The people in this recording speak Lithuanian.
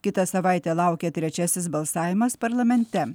kitą savaitę laukia trečiasis balsavimas parlamente